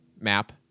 map